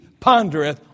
pondereth